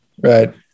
Right